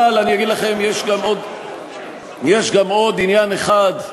אבל אני אגיד לכם, יש גם עוד עניין אחד,